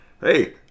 hey